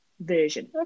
version